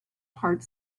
part